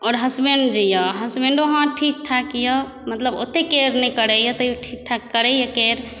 आओर हसबैण्ड जे यऽ हस्बेंडों हमर ठीकठाक यऽ मतलब ओते केयर नहि करैया तइयो मतलब ठीक ठाक करैया केयर